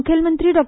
मुखेलमंत्री डॉ